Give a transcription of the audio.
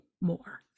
more